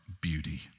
beauty